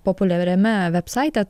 populiariame vebsaite